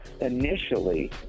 Initially